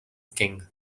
king